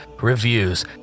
reviews